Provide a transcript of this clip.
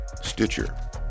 Stitcher